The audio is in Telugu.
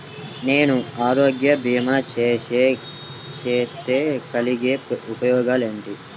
నేను ఆరోగ్య భీమా చేస్తే కలిగే ఉపయోగమేమిటీ?